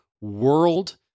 world